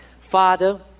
father